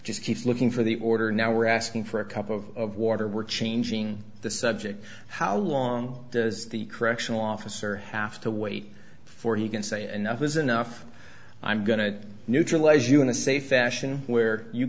just keep looking for the order now we're asking for a cup of water we're changing the subject how long does the correctional officer have to wait for he can say enough is enough i'm going to neutralize you want to say fashion where you